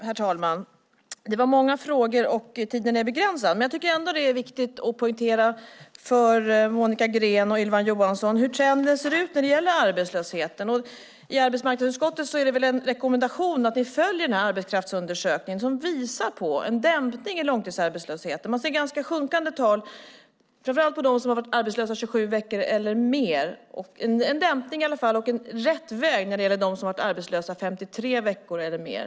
Herr talman! Det var många frågor, och tiden är begränsad. Men jag tycker ändå att det är viktigt att poängtera för Monica Green och Ylva Johansson hur trenden ser ut när det gäller arbetslösheten. Det är en rekommendation att ni i arbetsmarknadsutskottet följer den här arbetskraftsundersökningen som visar på en dämpning i långtidsarbetslösheten. Man ser sjunkande tal, framför allt för dem som har varit arbetslösa 27 veckor eller längre. Det är en dämpning, och vi är på rätt väg även när det gäller dem som varit arbetslösa 53 veckor eller mer.